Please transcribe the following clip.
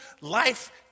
life